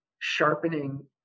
sharpening